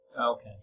Okay